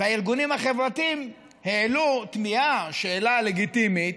הארגונים החברתיים העלו תמיהה, שאלה לגיטימית,